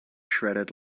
shredded